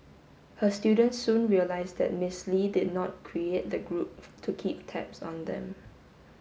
her students soon realised that Miss Lee did not create the group to keep tabs on them